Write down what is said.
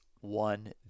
one